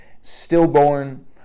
stillborn